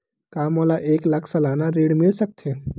का मोला एक लाख सालाना ऋण मिल सकथे?